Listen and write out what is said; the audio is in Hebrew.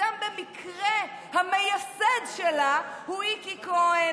סתם במקרה המייסד שלה הוא איקי כהן,